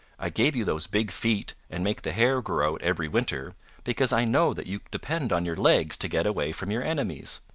i gave you those big feet and make the hair grow out every winter because i know that you depend on your legs to get away from your enemies.